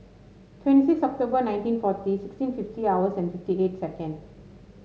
twenty six October nineteen forty sixteen fifty hours and fifty eight seconds